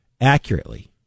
accurately